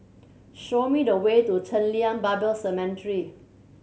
show me the way to Chen Lien Bible Seminary